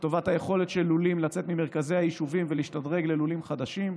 לטובת היכולת של לולים לצאת ממרכזי היישובים ולהשתדרג ללולים חדשים.